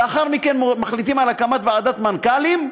ולאחר מכן מחליטים על הקמת ועדת מנכ"לים,